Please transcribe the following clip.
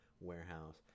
warehouse